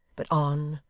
but on,